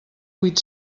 vuit